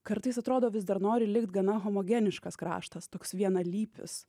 kartais atrodo vis dar nori likt gana homogeniškas kraštas toks vienalypis